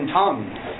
tongues